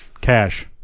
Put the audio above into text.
cash